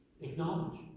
Acknowledge